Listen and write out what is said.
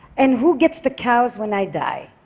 and who gets the cows when i die.